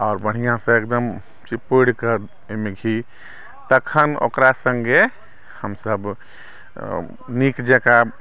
आओर बढ़िआँसँ एकदम चिपोरि कऽ ओहिमे घी तखन ओकरा सङ्गे हमसभ नीक जकाँ